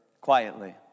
quietly